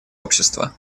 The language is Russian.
общества